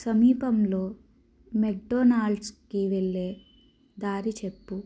సమీపంలో మెక్డొనాల్డ్స్కి వెళ్ళే దారి చెప్పు